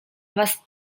was